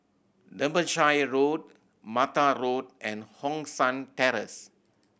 Derbyshire Road Mattar Road and Hong San Terrace